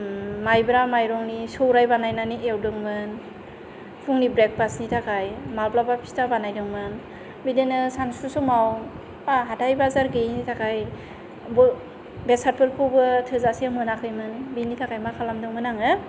माइब्रा माइरंनि सौराइ बानायनानै एवदोंमोन फुंनि ब्रेक फासनि थाखाय माब्लाबा फिथा बानायदोंमोन बिदिनो सानसु समाव बा हाथाइ बाजार गैयैनि थाखाय बेसादफोरखौबो थोजासे मोनाखैमोन बेनि थाखाय मा खालामदोंमोन आङो